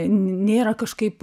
nėra kažkaip